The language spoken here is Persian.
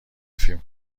فیلم